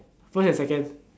first and second